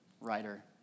writer